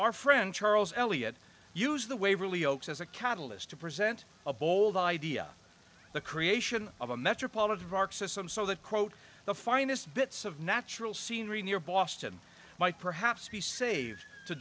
our friend charles elliott used the waverly oaks as a catalyst to present a bold idea the creation of a metropolitan park system so that quote the finest bits of natural scenery near boston might perhaps be saved to